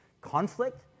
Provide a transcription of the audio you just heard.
conflict